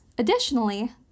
Additionally